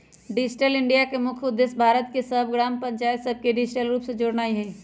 digital India के मुख्य उद्देश्य भारत के सभ ग्राम पञ्चाइत सभके डिजिटल रूप से जोड़नाइ हइ